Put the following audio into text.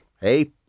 hey